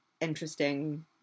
interesting